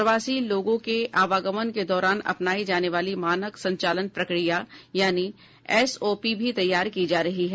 प्रवासी लोगों के आवागमन के दौरान अपनाई जाने वाली मानक संचालन प्रक्रिया यानीएसओपी भी तैयार की जा रही है